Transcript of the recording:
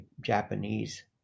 Japanese